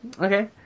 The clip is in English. okay